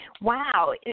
Wow